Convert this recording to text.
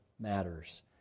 matters